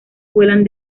vuelan